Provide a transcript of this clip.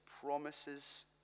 promises